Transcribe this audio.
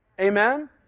Amen